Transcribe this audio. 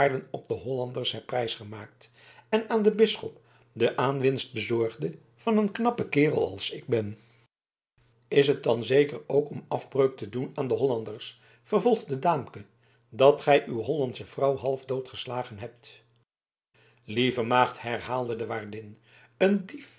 op de hollanders heb prijsgemaakt en aan den bisschop de aanwinst bezorgde van een knappen kerel als ik ben t is dan zeker ook om afbreuk te doen aan de hollanders vervolgde daamke dat gij uw hollandsche vrouw half doodgeslagen hebt lieve maagd herhaalde de waardin een dief